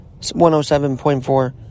107.4